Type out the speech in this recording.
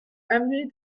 avenue